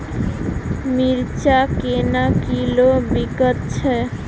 मिर्चा केना किलो बिकइ छैय?